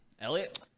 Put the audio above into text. Elliot